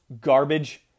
garbage